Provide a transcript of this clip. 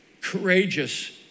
courageous